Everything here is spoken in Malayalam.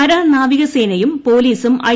കര നാവികസേനയും പോലീസും ഐ